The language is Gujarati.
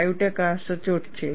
5 ટકા સચોટ છે